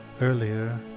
earlier